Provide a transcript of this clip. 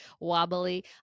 wobbly